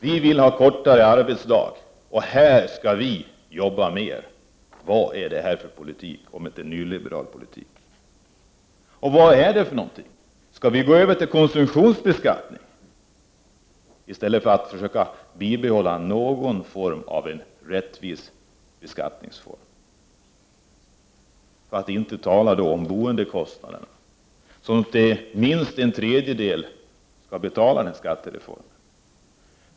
Vi vill ha kortare arbetsdag, men nu skall vi jobba mer. — Vad är det här för politik om det inte är en nyliberal politik? Vad är det för någonting? Skall vi gå över till konsumtionsbeskattning i stället för att försöka bibehålla någon form av rättvis beskattningsform? För att inte tala om boendekostnaderna, som till minst en tredjedel skall betala denna skattereform!